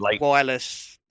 wireless